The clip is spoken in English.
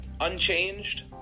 unchanged